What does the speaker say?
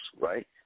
right